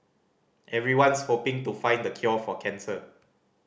everyone's hoping to find the cure for cancer